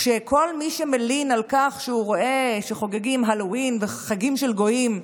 כשכל מי שמלין על כך שהוא רואה שחוגגים האלווין וחגים של גויים,